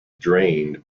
drained